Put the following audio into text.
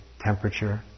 temperature